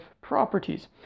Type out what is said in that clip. properties